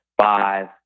five